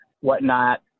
whatnot